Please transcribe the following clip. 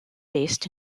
based